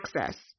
access